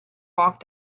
walked